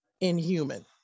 Inhuman